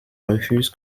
refuse